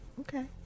Okay